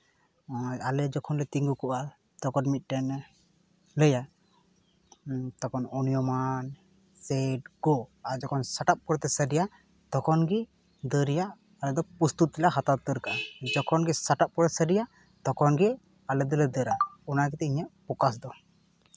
ᱟᱞᱮ ᱡᱚᱠᱷᱚᱱ ᱞᱮ ᱛᱤᱸᱜᱩ ᱠᱚᱜᱼᱟ ᱛᱚᱠᱷᱚᱱ ᱢᱤᱫᱴᱮᱱ ᱮ ᱞᱟᱹᱭᱟ ᱛᱚᱠᱷᱚᱱ ᱚᱱᱤᱭᱳᱨᱢᱟᱱ ᱥᱮᱴ ᱜᱳ ᱟᱨ ᱡᱚᱠᱷᱚᱱ ᱥᱟᱴᱟᱯ ᱠᱚᱨᱮᱛᱮ ᱥᱟᱰᱮᱭᱟ ᱛᱚᱠᱷᱚᱱ ᱜᱮ ᱫᱟᱹᱲ ᱨᱮᱭᱟᱜ ᱟᱞᱮ ᱫᱚ ᱯᱨᱚᱥᱛᱩᱛ ᱞᱮ ᱦᱟᱛᱟᱣᱟ ᱩᱛᱟᱹᱨ ᱠᱟᱜᱼᱟ ᱡᱚᱠᱷᱚᱱ ᱜᱮ ᱥᱟᱴᱟᱯ ᱠᱚᱨᱮ ᱥᱟᱰᱮᱭᱟ ᱛᱚᱠᱷᱚᱱ ᱜᱮ ᱟᱞᱮ ᱫᱚᱞᱮ ᱫᱟᱹᱲᱟ ᱚᱱᱟ ᱜᱮᱛᱤᱧ ᱤᱧᱟᱹᱜ ᱯᱷᱳᱠᱟᱥ ᱫᱚ